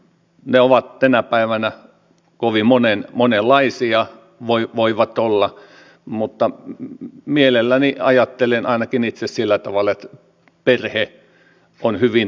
ne voivat olla tänä päivänä kovin monenlaisia mutta mielelläni ajattelen ainakin itse sillä tavalla että perhe on hyvin tärkeä